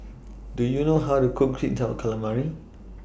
Do YOU know How to Cook Sweet Calamari